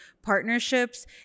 partnerships